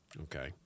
Okay